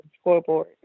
scoreboard